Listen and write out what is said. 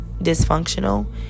dysfunctional